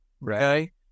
right